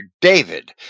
David